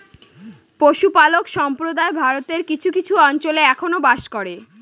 পশুপালক সম্প্রদায় ভারতের কিছু কিছু অঞ্চলে এখনো বাস করে